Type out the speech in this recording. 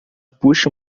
puxa